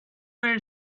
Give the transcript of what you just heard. were